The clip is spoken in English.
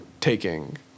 taking